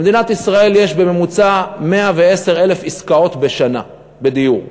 במדינת ישראל יש בממוצע 110,000 עסקאות דיור בשנה.